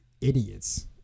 idiots